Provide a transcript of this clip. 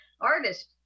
artist